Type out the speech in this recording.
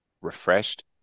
refreshed